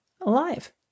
alive